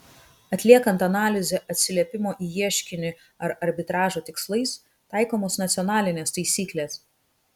atliekant analizę atsiliepimo į ieškinį ar arbitražo tikslais taikomos nacionalinės taisyklės